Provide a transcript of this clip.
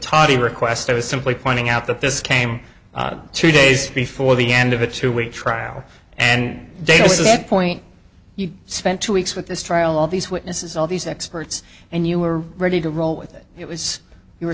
toddy request i was simply pointing out that this came two days before the end of a two week trial and davis it point you spent two weeks with this trial all these witnesses all these experts and you were ready to roll with it it was you were